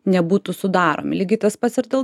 nebūtų sudaromi lygiai tas pats ir dėl